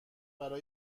برا